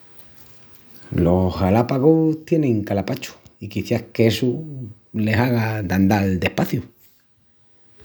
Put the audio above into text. Los galápagus tienin calapachu i quiciás qu’essu les haga d’andal despaciu.